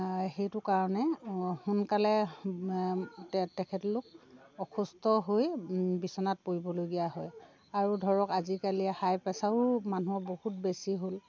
সেইটো কাৰণে সোনকালে তেখেতলোক অসুস্থ হৈ বিচনাত পৰিবলগীয়া হয় আৰু ধৰক আজিকালি হাই প্ৰেছায়ো মানুহৰ বহুত বেছি হ'ল